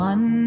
One